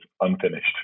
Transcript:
unfinished